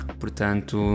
portanto